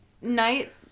night